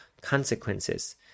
consequences